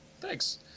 Thanks